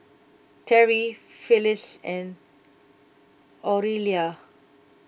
Terrie Phillis and Aurelia